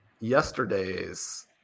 yesterday's